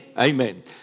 Amen